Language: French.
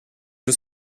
jeu